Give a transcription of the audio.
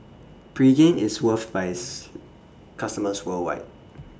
Pregain IS loved By its customers worldwide